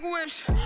whips